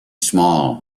small